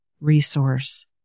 resource